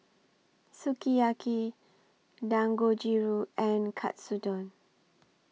Sukiyaki Dangojiru and Katsudon